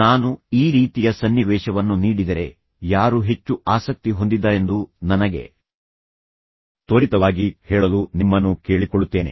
ನಾನು ಈ ರೀತಿಯ ಸನ್ನಿವೇಶವನ್ನು ನೀಡಿದರೆ ಯಾರು ಹೆಚ್ಚು ಆಸಕ್ತಿ ಹೊಂದಿದ್ದಾರೆಂದು ನನಗೆ ತ್ವರಿತವಾಗಿ ಹೇಳಲು ನಿಮ್ಮನ್ನು ಕೇಳಿಕೊಳ್ಳುತ್ತೇನೆ